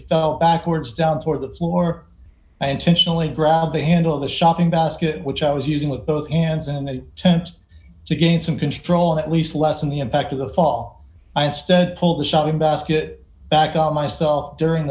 fell backwards down toward the floor i intentionally grabbed the handle of the shopping basket which i was using with both hands and a tent to gain some control at least lessen the impact of the fall i instead pulled the shopping basket back on myself during